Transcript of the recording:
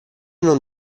non